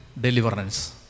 deliverance